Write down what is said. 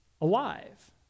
alive